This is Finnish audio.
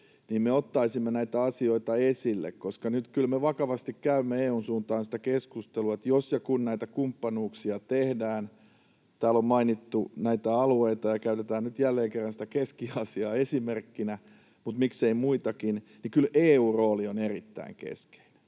niin me ottaisimme näitä asioita esille, koska nyt kyllä me vakavasti käymme EU:n suuntaan sitä keskustelua, että jos ja kun näitä kumppanuuksia tehdään — täällä on mainittu näitä alueita, ja käytetään nyt jälleen kerran sitä Keski-Aasiaa esimerkkinä, mutta miksei muitakin — niin kyllä EU:n rooli on erittäin keskeinen.